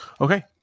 Okay